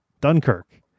Dunkirk